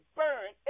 burn